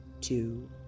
two